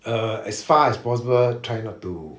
err as far as possible try not to